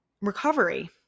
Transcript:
Recovery